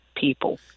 people